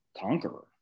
conqueror